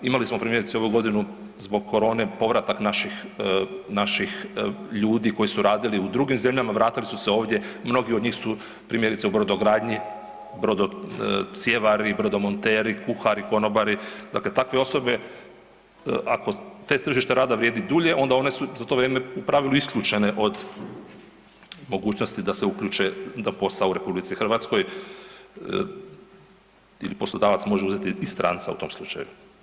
Imali smo primjerice ovu godinu zbog korone povratak naših, naših ljudi koji su radili u drugim zemljama, vratili su se ovdje, mnogi od njih su primjerice u brodogradnji, brodocjevari, brodomonteri, kuhari, konobari, dakle takve osobe ako test tržišta rada vrijedi dulje onda one su za to vrijeme u pravilu isključene od mogućnosti da se uključe da posao u RH ili poslodavac može uzeti i stranca u tom slučaju.